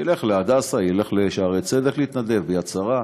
שילך להדסה, שילך לשערי צדק להתנדב, ליד שרה.